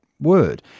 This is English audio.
word